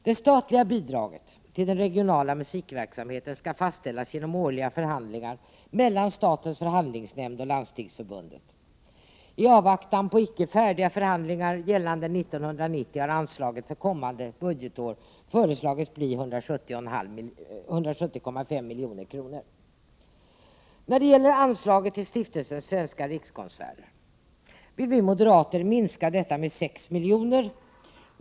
Det statliga bidraget till den regionala musikverksamheten skall fastställas genom årliga förhandlingar mellan statens förhandlingsnämnd och Landstingsförbundet. I avvaktan på icke färdiga förhandlingar gällande 1990 har anslaget för kommande budgetår föreslagits bli 170,5 milj.kr. När det gäller anslaget till stiftelsen Svenska rikskonserter vill vi moderater minska detta med 6 miljoner.